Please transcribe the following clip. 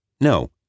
No